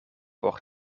por